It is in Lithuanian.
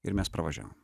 ir mes pravažiavom